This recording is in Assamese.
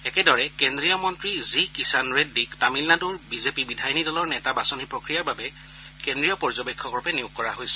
একেদৰে কেন্দ্ৰীয় মন্ত্ৰী জি কিয়াণ ৰেজ্ডীক তামিলনাড়ৰ বিজেপি বিধায়িনী দলৰ নেতা বাচনি প্ৰক্ৰিয়াৰ বাবে কেন্দ্ৰীয় পৰ্যবেক্ষক ৰূপে নিয়োগ কৰা হৈছে